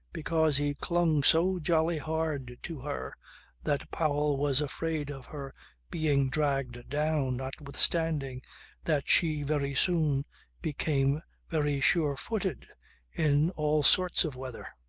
because he clung so jolly hard to her that powell was afraid of her being dragged down notwithstanding that she very soon became very sure-footed in all sorts of weather.